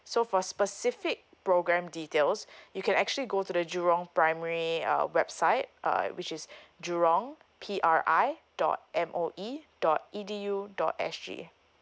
so for specific program details you can actually go to the jurong primary uh website err which is jurong P R I dot M O E dot E D U dot S G